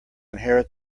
inherit